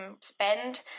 spend